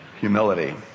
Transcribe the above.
Humility